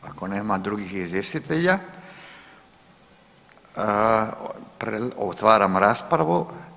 I ako nema drugih izvjestitelja otvaram raspravu.